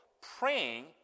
praying